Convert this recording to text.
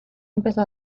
empezó